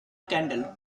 candle